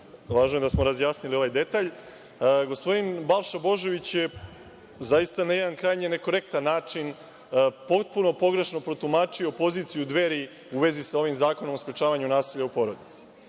Važno je da smo razjasnili ovaj detalj. Gospodin Balša Božović je zaista na jedan krajnje nekorektan način potpuno pogrešno protumačio poziciju Dveri u vezi sa ovim zakonom o sprečavanju nasilja u porodici.